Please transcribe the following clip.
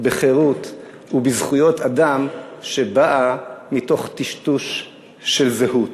בחירות ובזכויות אדם שבאות מתוך טשטוש של זהות.